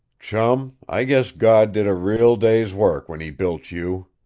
chum, i guess god did a real day's work when he built you.